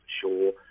sure